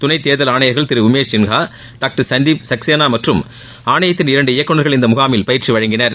துணைத் தேர்தல் ஆணையா்கள் திரு உமேஷ் சின்ஹா டாக்டர் சந்தீப் சக்சேனா மற்றும் ஆணையத்தின் இரண்டு இயக்குநர்கள் இந்த முகாமில் பயிற்சி வழங்கினர்